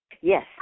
Yes